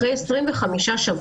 אחרי 25 שבועות,